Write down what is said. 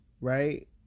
Right